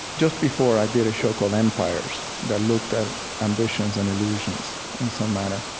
just before, i did a show called empires that looked at ambitions and illusions, in some manner.